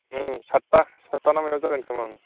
उम सातथा सातथाना मायाव जागोन खोमा उम